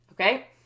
okay